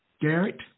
Garrett